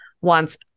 wants